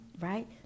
right